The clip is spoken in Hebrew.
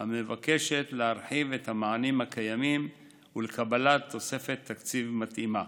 המבקשת להרחיב את המענים הקיימים ולקבלת תוספת תקציב מתאימה.